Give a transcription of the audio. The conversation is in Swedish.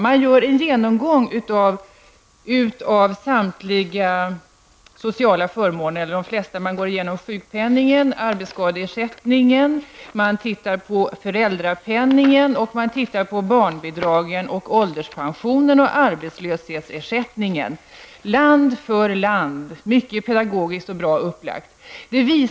Man gör där en genomgång av de flesta sociala förmåner. Man går land för land igenom sjukpenningen och arbetskadeförsäkringen, och man tittar på föräldrapenningen, barnbidragen, ålderspensionen och arbetslöshetsersättningen. Skriften är mycket pedagogisk och bra upplagd.